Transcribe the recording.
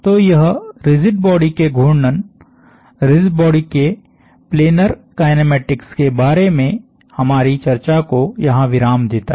तो यह rigid body के घूर्णन रिजिड बॉडी के प्लैनर काईनामेटिक्स के बारे में हमारी चर्चा को यहाँ विराम देता है